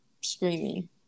Screaming